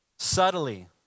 Subtly